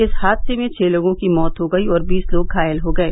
इस हादसे में छह लोगों की मौत हो गयी और बीस लोग घायल हो गये